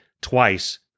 twice